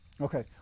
okay